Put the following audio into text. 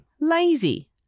Lazy